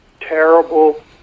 terrible